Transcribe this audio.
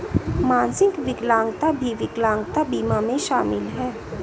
मानसिक विकलांगता भी विकलांगता बीमा में शामिल हैं